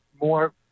more